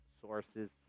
sources